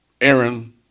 Aaron